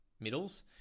middles